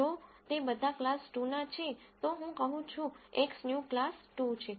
જો તે બધા ક્લાસ 2 ના છે તો હું કહું છું Xnew ક્લાસ 2 છે